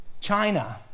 China